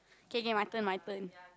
K K my turn my turn